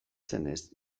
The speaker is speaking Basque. zenez